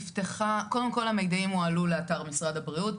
קודם כל המידעים הועלו לאתר משרד הבריאות,